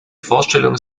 vorstellung